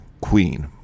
Queen